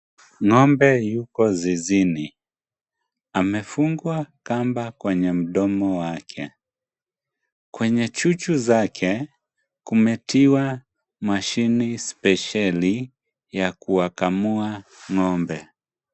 Ng'ombe yuko zizini amefungwa kamba kwenye mdomo wake, kwenye chuchu zake kumetiwa mashini spesheli ya kuwakamua ng'ombe.